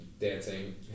dancing